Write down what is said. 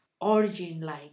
origin-like